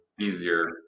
easier